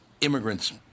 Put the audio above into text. immigrants